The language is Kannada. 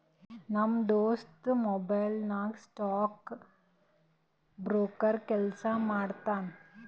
ನಮ್ ದೋಸ್ತ ಮುಂಬೈ ನಾಗ್ ಸ್ಟಾಕ್ ಬ್ರೋಕರ್ ಕೆಲ್ಸಾ ಮಾಡ್ತಾನ